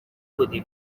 بودی